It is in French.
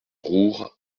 roure